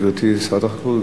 גברתי שרת החקלאות,